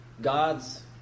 god's